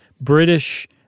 British